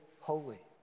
holy